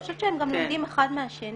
אני חושבת שהם גם לומדים אחד מהשני.